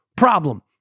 problem